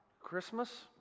Christmas